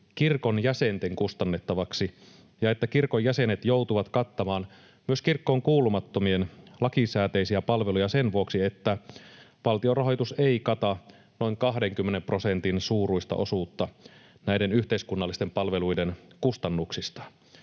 kirkon jäsenten kustannettaviksi ja että kirkon jäsenet joutuvat kattamaan myös kirkkoon kuulumattomien lakisääteisiä palveluja sen vuoksi, että valtionrahoitus ei kata noin 20 prosentin suuruista osuutta näiden yhteiskunnallisten palveluiden kustannuksista.